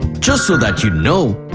just so that you know,